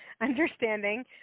understanding